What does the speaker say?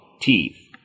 teeth